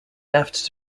left